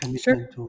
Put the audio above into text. Sure